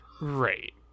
Right